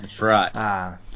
right